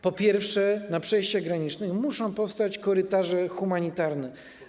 Po pierwsze, na przejściach granicznych muszą powstać korytarze humanitarne.